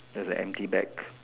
they're like empty bags